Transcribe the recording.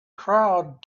crowd